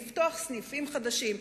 לפתוח סניפים חדשים,